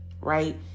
right